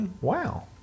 Wow